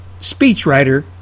speechwriter